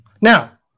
Now